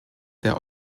der